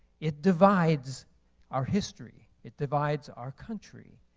it divides our history. it divides our country.